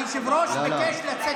פעם שלישית, אני מבקש.